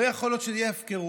לא יכול להיות שזו תהיה הפקרות.